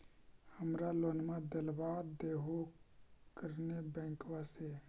हमरा लोनवा देलवा देहो करने बैंकवा से?